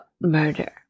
murder